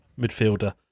midfielder